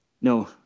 No